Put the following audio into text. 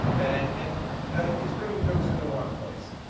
and it's bringing the jokes into one place.